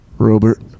robert